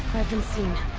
been foolish